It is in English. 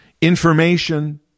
information